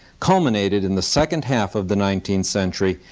culminated, in the second half of the nineteenth century,